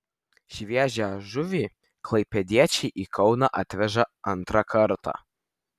šviežią žuvį klaipėdiečiai į kauną atveža antrą kartą